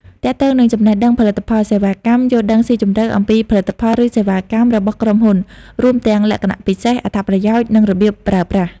ទាក់ទងនឹងចំណេះដឹងផលិតផល សេវាកម្ម យល់ដឹងស៊ីជម្រៅអំពីផលិតផល ឬសេវាកម្មរបស់ក្រុមហ៊ុន រួមទាំងលក្ខណៈពិសេស អត្ថប្រយោជន៍ និងរបៀបប្រើប្រាស់។